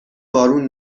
بارون